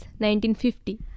1950